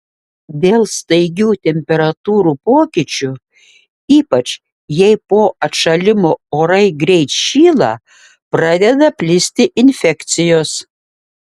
dėl staigių temperatūrų pokyčių ypač jei po atšalimo orai greit šyla pradeda plisti infekcijos